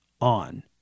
on